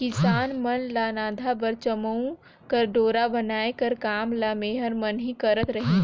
किसान मन ल नाधा बर चमउा कर डोरा बनाए कर काम ल मेहर मन ही करत रहिन